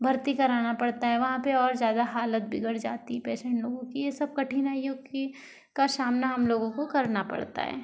भर्ती कराना पड़ता है वहाँ पर और ज़्यादा हालत बिगड़ जाती है पेशेंट लोगों की ये सब कठिनाइयों की का सामना हम लोगों को करना पड़ता ह